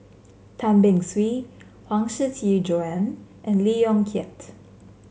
Tan Beng Swee Huang Shiqi Joan and Lee Yong Kiat